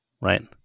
right